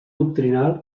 doctrinal